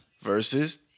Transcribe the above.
versus